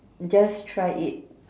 just try it